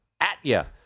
Atya